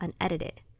unedited